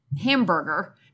hamburger